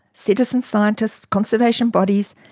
citizen scientists, conservation bodies,